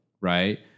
right